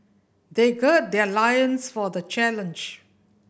they gird their loins for the challenge